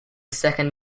second